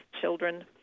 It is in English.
Children